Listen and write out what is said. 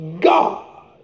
God